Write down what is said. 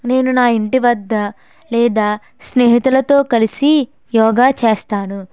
నేను నా ఇంటి వద్ద లేదా స్నేహితులతో కలిసి యోగా చేస్తాను